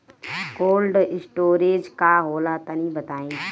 Cold storage का होला तनि बताई?